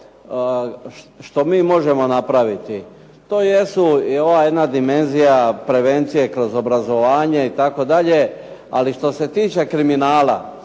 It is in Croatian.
što mi možemo napraviti to jesu i ova jedna dimenzija prevencije kroz obrazovanje itd., ali što se tiče kriminala